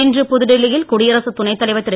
இன்று புதுடில்லியில் குடியரசுத் துணைத்தலைவர் திரு